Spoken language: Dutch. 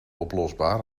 oplosbaar